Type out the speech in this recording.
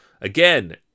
Again